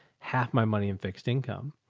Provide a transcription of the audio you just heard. half my money in fixed income.